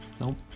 Nope